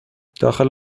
داخل